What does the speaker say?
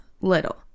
little